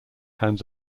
hands